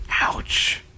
Ouch